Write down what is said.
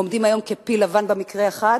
עומדים היום כפיל לבן במקרה אחד,